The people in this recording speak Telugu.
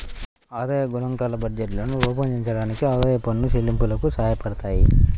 ఆదాయ గణాంకాలు బడ్జెట్లను రూపొందించడానికి, ఆదాయపు పన్ను చెల్లింపులకు సహాయపడతాయి